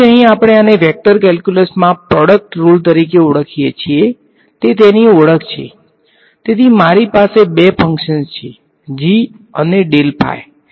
તેથી અહીં આપણે આને વેક્ટર કેલ્ક્યુલસમાં પ્રોડક્ટ રુલ તરીકે ઓળખીએ છીએ તે તેની ઓળખ છે તેથી મારી પાસે બે ફંકશંસ છે g અને